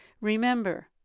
Remember